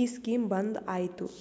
ಈ ಸ್ಕೀಮ್ ಬಂದ್ ಐಯ್ತ